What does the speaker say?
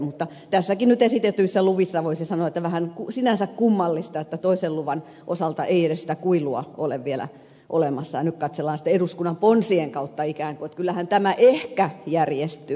mutta näistä nyt esitetyistä luvistakin voisi sanoa että sinänsä vähän kummallista että toisen luvan osalta ei edes sitä kuilua ole vielä olemassa ja nyt katsellaan sitten eduskunnan ponsien kautta ikään kuin että kyllähän tämä ehkä järjestyy